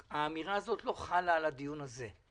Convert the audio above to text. האמירה הזאת לא חלה על הדיון הזה.